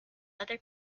other